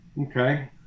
Okay